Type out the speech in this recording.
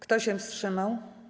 Kto się wstrzymał?